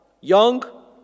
young